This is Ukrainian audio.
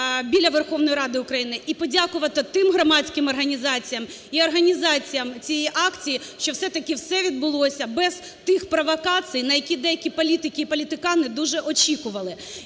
біля Верховної Ради України, і подякувати тим громадським організаціям і організаціям цієї акції, що все-таки все відбулося без тих провокацій, на які деякі політики і політикани дуже очікували.